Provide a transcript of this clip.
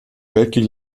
weltkrieg